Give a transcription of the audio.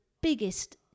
biggest